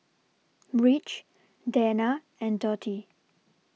Rich Dena and Dotty